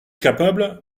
capable